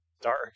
Dark